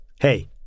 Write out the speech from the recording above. Hey